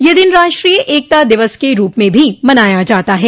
ये दिन राष्ट्रीय एकता दिवस के रूप में भी मनाया जाता है